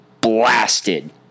blasted